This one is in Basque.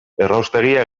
erraustegia